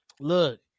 Look